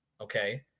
okay